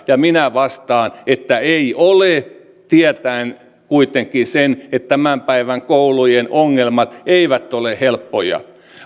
ja minä vastaan että eivät ole tietäen kuitenkin sen että tämän päivän koulujen ongelmat eivät ole helppoja